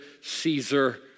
Caesar